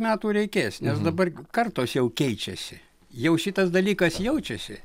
metų reikės nes dabar kartos jau keičiasi jau šitas dalykas jaučiasi